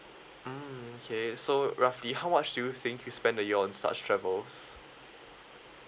mm okay so roughly how much do you think you spend a year on such travels